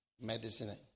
medicine